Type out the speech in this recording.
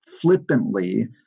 flippantly